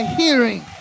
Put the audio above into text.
hearing